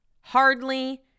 Hardly